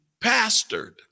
pastored